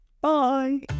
Bye